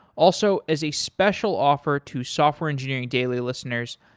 also, as a special offer to software engineering daily listeners,